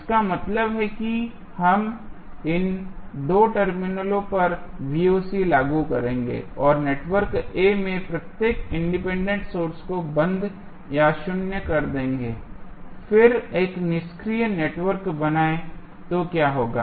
इसका मतलब है कि हम इन 2 टर्मिनलों पर लागू करेंगे और नेटवर्क A में प्रत्येक इंडिपेंडेंट सोर्स को बंद या शून्य कर देंगे फिर एक निष्क्रिय नेटवर्क बनाए तो क्या होगा